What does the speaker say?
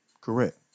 Correct